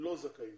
לא זכאים